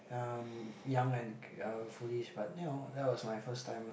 um young and uh foolish but you know that was my first time lah